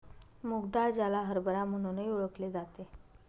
मूग डाळ, ज्याला हरभरा म्हणूनही ओळखले जाते